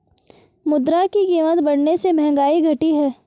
मुद्रा की कीमत बढ़ने से महंगाई घटी है